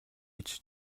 гэж